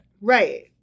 Right